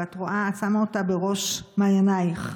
ואת שמה אותה בראש מעייניך.